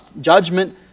judgment